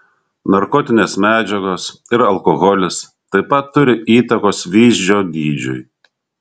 narkotinės medžiagos ir alkoholis taip pat turi įtakos vyzdžio dydžiui